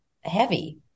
heavy